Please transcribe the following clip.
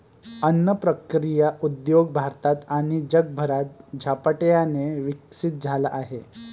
अन्न प्रक्रिया उद्योग भारतात आणि जगभरात झपाट्याने विकसित झाला आहे